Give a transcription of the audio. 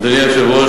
אדוני היושב-ראש,